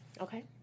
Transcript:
Okay